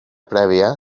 prèvia